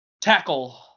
tackle